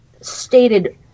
stated